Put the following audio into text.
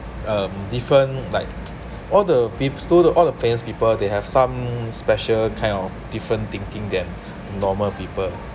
um different like all the peop~ so all the famous people they have some special kind of different thinking then normal people